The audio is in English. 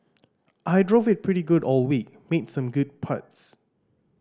I drove it pretty good all week made some good putts